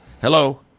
Hello